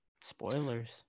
Spoilers